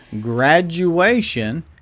graduation